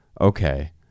Okay